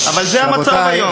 אבל זה המצב היום.